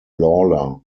lawler